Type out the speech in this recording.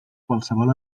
qualsevol